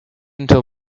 until